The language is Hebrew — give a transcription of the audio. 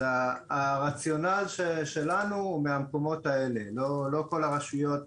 אז הרציונל שלנו הוא מהמקומות האלה, לא כל הרשויות